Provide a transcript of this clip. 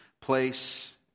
place